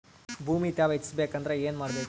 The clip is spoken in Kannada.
ಭೂಮಿ ತ್ಯಾವ ಹೆಚ್ಚೆಸಬೇಕಂದ್ರ ಏನು ಮಾಡ್ಬೇಕು?